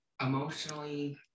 Emotionally